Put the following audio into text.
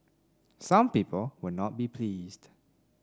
some people will not be pleased